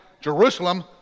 Jerusalem